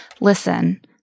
listen